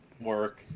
work